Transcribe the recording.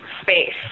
space